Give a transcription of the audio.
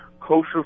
kosher